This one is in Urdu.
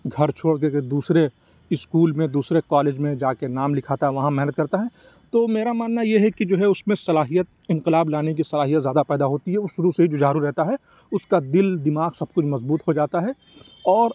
گھر چھوڑ کر کے دوسرے اسکول میں دوسرے کالج میں جاکے نام لکھاتا ہے وہاں محنت کرتا ہے تو میرا ماننا یہ ہے کہ جو ہے اس میں صلاحیت انقلاب لانے کی صلاحیت زیادہ پیدا ہوتی ہے وہ شروع سے ہی جوجھارو رہتا ہے اس کا دل دماغ سب کچھ مضبوط ہو جاتا ہے اور